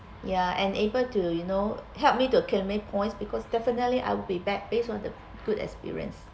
ya and able to you know help me to accumulate points because definitely I'll be back based on the good experience